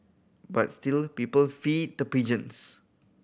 but still people feed the pigeons